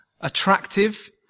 attractive